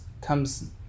comes